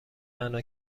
تنها